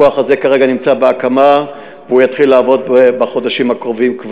הכוח הזה כרגע נמצא בהקמה והוא יתחיל לעבוד כבר בחודשים הקרובים.